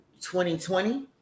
2020